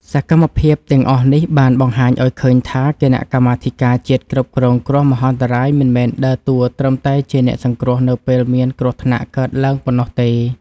សកម្មភាពទាំងអស់នេះបានបង្ហាញឱ្យឃើញថា គណៈកម្មាធិការជាតិគ្រប់គ្រងគ្រោះមហន្តរាយមិនមែនដើរតួត្រឹមតែជាអ្នកសង្គ្រោះនៅពេលមានគ្រោះថ្នាក់កើតឡើងប៉ុណ្ណោះទេ។